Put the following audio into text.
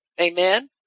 Amen